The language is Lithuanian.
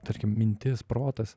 tarkim mintis protas